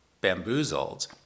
bamboozled